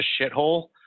shithole